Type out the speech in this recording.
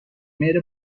مهر